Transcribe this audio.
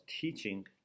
teaching